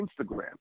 Instagram